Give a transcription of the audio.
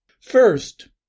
First